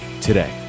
today